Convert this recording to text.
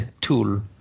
tool